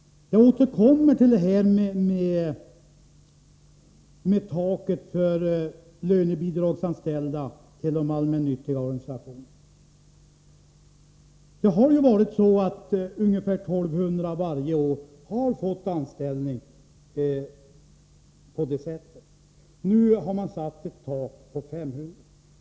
Jag återkommer till resonemanget om taket för lönebidragsanställda vid de allmännyttiga organisationerna. Ungefär 1 200 människor har varje år fått anställning på det sättet. Men nu har man satt ett tak vid 500.